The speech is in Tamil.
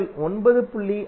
நீங்கள் 9